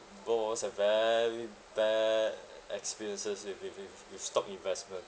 both of us have very bad experiences with with with with stock investment